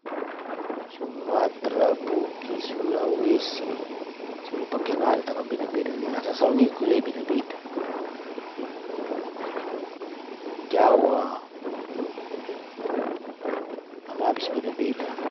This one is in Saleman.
Sumatra, bugis, sulawesi, suru pakian adat kan bede beda le, hasa sau niku le beda beda. Jawa, am abis beda beda.